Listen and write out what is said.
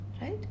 right